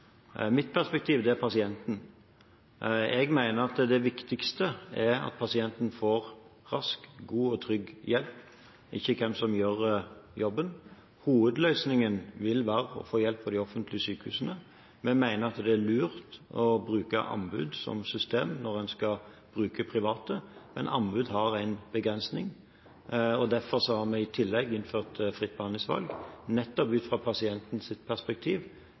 er pasienten. Jeg mener at det viktigste er at pasienten får rask, god og trygg hjelp, ikke hvem som gjør jobben. Hovedløsningen vil være å få hjelp på de offentlige sykehusene. Vi mener at det er lurt å bruke anbud som system når en skal bruke private. Men anbud har en begrensning, og derfor har vi i tillegg innført fritt behandlingsvalg, nettopp ut fra pasientens perspektiv